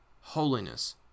holiness